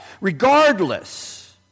regardless